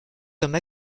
comme